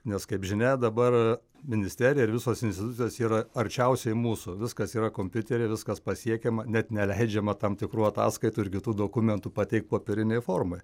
nes kaip žinia dabar ministerija ir visos institucijos yra arčiausiai mūsų viskas yra kompiutery viskas pasiekiama net neleidžiama tam tikrų ataskaitų ir kitų dokumentų pateikt popierinėj formoj